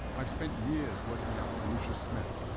i've spent years working out with lucious smith.